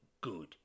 good